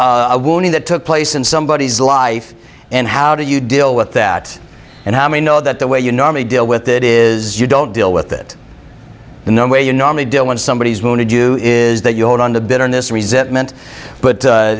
of that took place in somebody's life and how do you deal with that and how many know that the way you normally deal with it is you don't deal with it in the way you normally do when somebody is going to do is that you hold on to bitterness resentment but